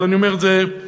אבל אני אומר את זה כמשל,